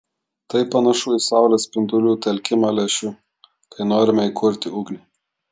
tai panašu į saulės spindulių telkimą lęšiu kai norime įkurti ugnį